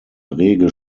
rege